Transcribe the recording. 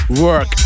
Work